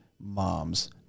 moms